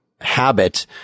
habit